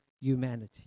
humanity